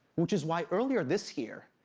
which is why earlier this year,